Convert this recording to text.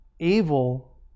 evil